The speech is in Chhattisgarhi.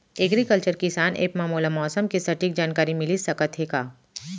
एग्रीकल्चर किसान एप मा मोला मौसम के सटीक जानकारी मिलिस सकत हे का?